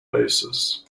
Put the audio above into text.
basis